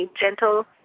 gentle